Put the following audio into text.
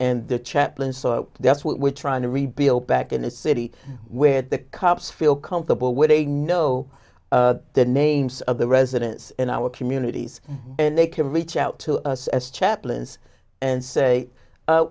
and the chaplain so that's what we're trying to rebuild back in a city where the cops feel comfortable where they know the names of the residents in our communities and they can reach out to us as chaplains and say